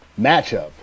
matchup